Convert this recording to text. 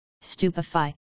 stupefy